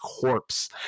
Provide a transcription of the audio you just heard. corpse